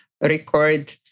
record